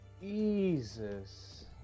Jesus